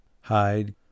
hide